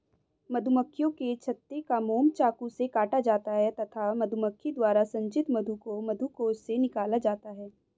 मधुमक्खियों के छत्ते का मोम चाकू से काटा जाता है तथा मधुमक्खी द्वारा संचित मधु को मधुकोश से निकाला जाता है